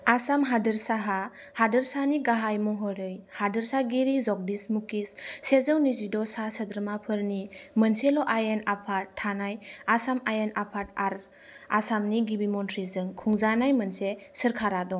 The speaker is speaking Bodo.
आसाम हादोरसाहा हादोरसानि गाहाय महरै हादोरसागिरि जगदीश मुखी सेजौ नैजि द' सा सोद्रोमाफोरनि मोनसेल' आयेन आफाद थानाय आसाम आयेन आफाद आरो आसामनि गिबि मनथ्रीजों खुंजानाय मोनसे सोरकारा दं